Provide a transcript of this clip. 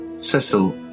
Cecil